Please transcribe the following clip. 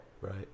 Right